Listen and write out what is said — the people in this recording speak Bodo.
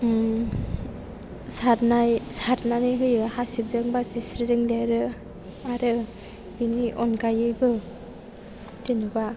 सारनाय सारनानै होयो हासिबजों बा जिस्रिजों लिरो आरो बिनि अनगायैबो जेनेबा